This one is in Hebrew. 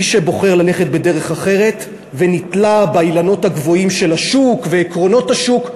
מי שבוחר ללכת בדרך אחרת ונתלה באילנות הגבוהים של השוק ועקרונות השוק,